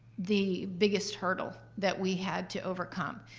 the biggest hurdle that we had to overcome.